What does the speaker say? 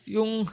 Yung